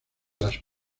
las